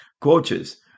Coaches